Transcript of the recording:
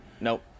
Nope